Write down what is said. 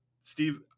Steve